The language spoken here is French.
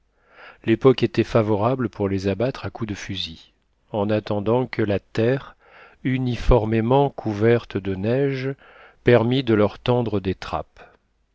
l'époque était favorable pour les abattre à coups de fusil en attendant que la terre uniformément couverte de neige permît de leur tendre des trappes